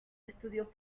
estudio